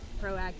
proactive